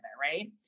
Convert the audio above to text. right